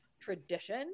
tradition